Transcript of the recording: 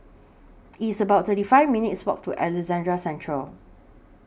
It's about thirty five minutes' Walk to Alexandra Central